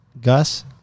Gus